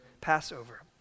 Passover